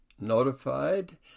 notified